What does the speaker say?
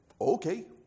okay